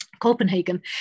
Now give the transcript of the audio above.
Copenhagen